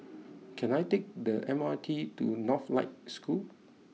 can I take the M R T to Northlight School